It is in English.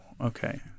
okay